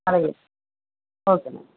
అలగే ఓకే అండి